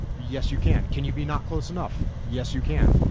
yes, you can. can you be not close enough? yes, you can.